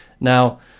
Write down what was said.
Now